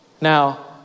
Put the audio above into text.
Now